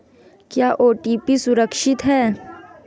क्या ओ.टी.पी सुरक्षित है?